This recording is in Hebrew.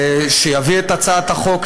שיביא את הצעת החוק,